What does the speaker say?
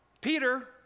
Peter